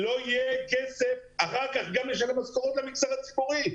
לא יהיה כסף אחר כך גם לתשלום משכורות במגזר הציבורי.